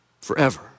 forever